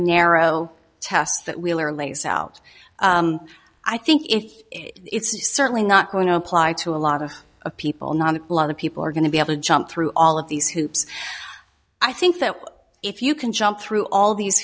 out i think it's it's certainly not going to apply to a lot of people not a lot of people are going to be able to jump through all of these hoops i think that if you can jump through all these